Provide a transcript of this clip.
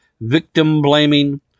victim-blaming